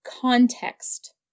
context